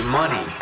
money